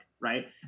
right